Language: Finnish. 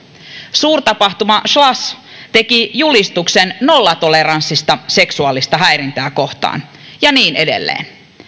suurtapahtuma slush teki julistuksen nollatoleranssista seksuaalista häirintää kohtaan ja niin edelleen